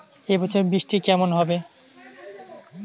এবছর বৃষ্টি কেমন হবে?